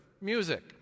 music